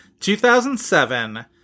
2007